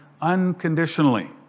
unconditionally